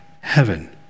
heaven